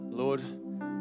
Lord